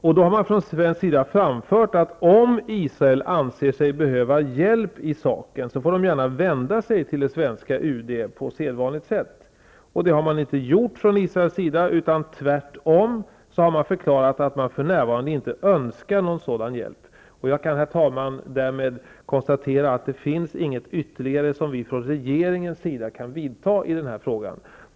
Man har då från svensk sida framfört, att om Israel anser sig behöva hjälp i saken, får man gärna vända sig till svenska UD på sedvanligt sätt. Det har Israel inte gjort, utan man har tvärtom förklarat att man inte önskar en sådan hjälp. Jag kan därmed konstatera att det inte finns några ytterliga åtgärder som regeringen kan vidta i den här frågan.